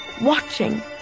watching